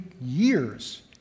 years